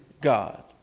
God